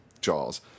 Jaws